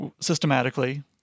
systematically